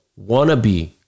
wannabe